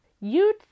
You'd